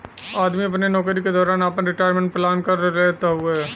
आदमी अपने नउकरी के दौरान आपन रिटायरमेंट प्लान कर लेत हउवे